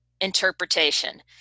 interpretation